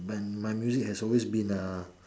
my my music has always been a